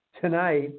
tonight